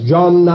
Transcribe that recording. John